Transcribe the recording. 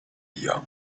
young